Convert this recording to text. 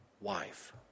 wife